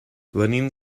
venim